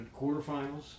quarterfinals